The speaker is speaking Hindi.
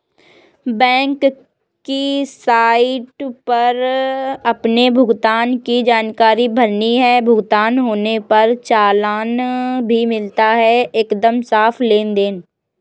बैंक की साइट पर अपने भुगतान की जानकारी भरनी है, भुगतान होने का चालान भी मिलता है एकदम साफ़ लेनदेन